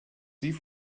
sie